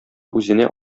үзенә